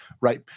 Right